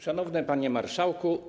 Szanowny Panie Marszałku!